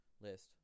list